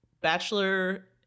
Bachelor